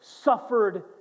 suffered